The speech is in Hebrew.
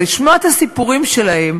אבל לשמוע את הסיפורים שלהם,